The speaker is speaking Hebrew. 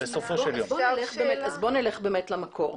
אז בוא נלך באמת למקור.